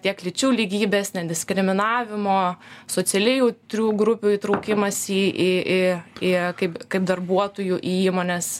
tiek lyčių lygybės nediskriminavimo socialiai jautrių grupių įtraukimas į į į į kaip kaip darbuotojų į įmonės